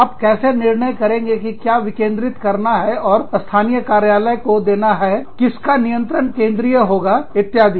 आप कैसे निर्णय करेंगे कि क्या विकेंद्रित करना है और स्थानीय कार्यालय को देना हैकिसका नियंत्रण केंद्रीय होगा इत्यादि